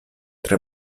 tre